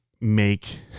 make